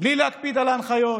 בלי להקפיד על ההנחיות